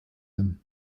them